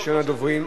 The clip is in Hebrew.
ראשון הדוברים,